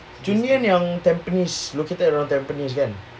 junyuan tampines located around tampines kan